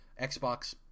Xbox